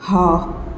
હા